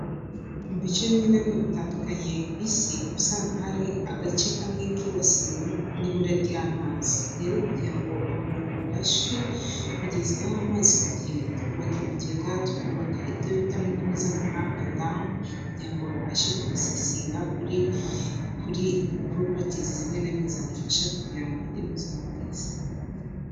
Mu bice bimwe na bimwe bitandukanye ku isi usanga hari agace kamwe kibasiwe n'ibura ry'amazi, rero kugira ngo abo bantu babashe kugezwaho amazi ku gihe twubaka ibigega, twubaka ibyo bita mu ndimi z'amahanga damu, kugira ngo babashe kwakisesinga kuri poropatizi zimwe na zimwe zabafasha kugira ngo bagire ubuzima bwiza.